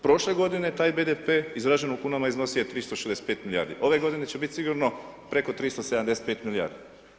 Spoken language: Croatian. Prošle godine taj BDP izražen u kunama iznosio je 365 milijardi, ove godine će biti sigurno preko 375 milijardi.